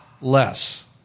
less